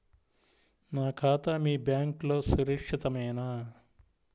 నా ఖాతా మీ బ్యాంక్లో సురక్షితమేనా?